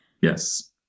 Yes